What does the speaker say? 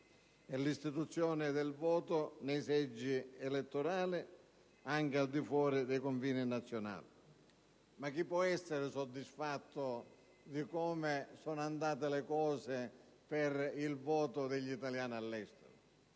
e l'istituzione del voto nei seggi elettorali anche al di fuori dei confini nazionali. Ma chi può essere soddisfatto di come sono andate le cose per il voto degli italiani all'estero?